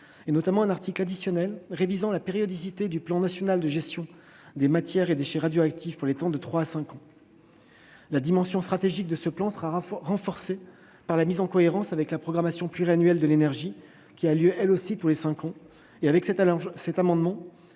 à insérer un article additionnel tendant à réviser la périodicité du Plan national de gestion des matières et des déchets radioactifs, pour la porter de trois à cinq ans. La dimension stratégique de ce plan sera renforcée par la mise en cohérence avec la programmation pluriannuelle de l'énergie, qui intervient elle aussi tous les cinq ans. Si cet amendement